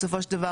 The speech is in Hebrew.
בסופו של דבר,